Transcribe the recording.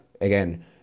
again